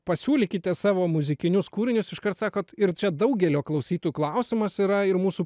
pasiūlykite savo muzikinius kūrinius iškart sakot ir čia daugelio klausytojų klausimas yra ir mūsų